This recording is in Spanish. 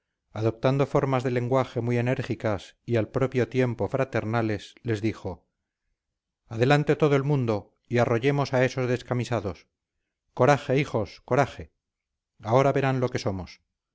adoptando formas de lenguaje muy enérgicas y al propio tiempo fraternales les dijo adelante todo el mundo y arrollemos a esos descamisados coraje hijos coraje ahora verán lo que somos